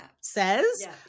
says